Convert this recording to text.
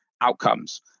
outcomes